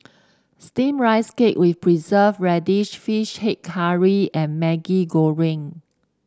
steamed Rice Cake with Preserved Radish fish head curry and Maggi Goreng